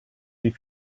die